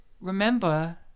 remember